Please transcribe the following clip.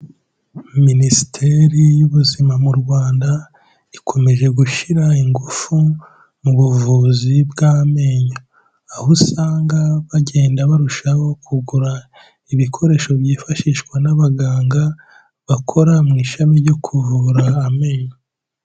Minisiteri y'Ubuzima mu Rwanda ikomeje gushyira ingufu mu buvuzi bw'amenyo, aho usanga bagenda barushaho kugura ibikoresho byifashishwa n'abaganga bakora mu ishami ryo kuvura amenyo.